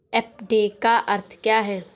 FD का अर्थ क्या है?